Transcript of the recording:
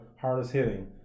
hardest-hitting